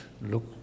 look